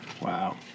Wow